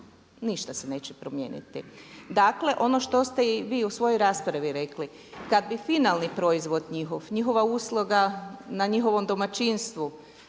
ništa se neće promijeniti. Dakle, ono što ste i vi u svojoj raspravi rekli. Kad bi finalni proizvod njihov, njihova usluga na njihovom domaćinstvu